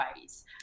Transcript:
ways